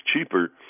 cheaper